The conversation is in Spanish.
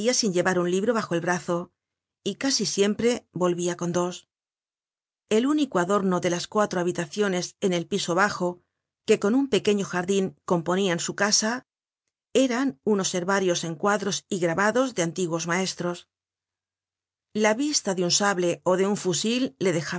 sin llevar un libro bajo el brazo y casi siempre volvia con dos el único adorno de las cuatro habitaciones en el piso bajo que con un pequeño jardin componian su casa eran unos herbarios en cuadros y grabados de antiguos maestros la vista de un sable ó de un fusil le dejaba